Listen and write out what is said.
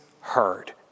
heard